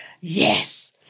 Yes